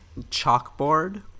Chalkboard